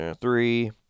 three